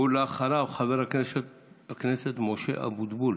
ואחריו, חבר הכנסת משה אבוטבול.